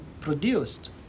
produced